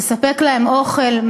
תספק להם אוכל,